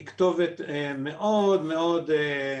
היא כתובת מאוד מאוד משמעותית.